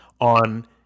on